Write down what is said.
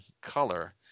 color